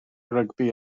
rygbi